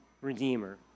Redeemer